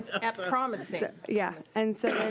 at promise yeah and so